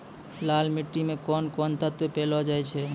लाल मिट्टी मे कोंन कोंन तत्व पैलो जाय छै?